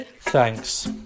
Thanks